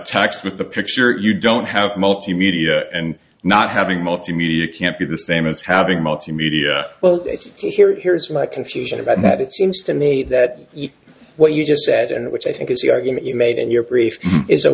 tax with the picture you don't have multimedia and not having multimedia you can't be the same as having multimedia well it's secure here's my confusion about that it seems to me that what you just sat which i think is the argument you made and your brief is a